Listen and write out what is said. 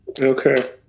Okay